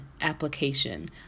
application